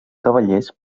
cavallers